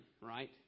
right